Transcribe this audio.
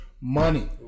money